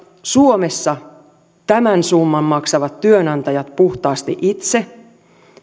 suomessa maksavat työnantajat puhtaasti itse